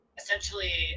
essentially